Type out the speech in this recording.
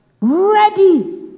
Ready